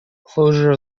closure